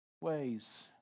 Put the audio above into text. ways